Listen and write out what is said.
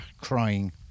crying